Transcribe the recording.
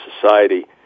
society